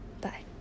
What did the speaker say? bye